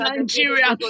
Nigeria